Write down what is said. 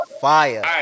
fire